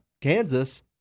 Kansas